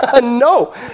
no